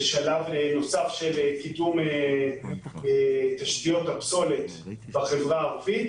נוסף של קידום תשתיות הפסולת בחברה הערבית,